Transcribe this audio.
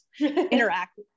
interact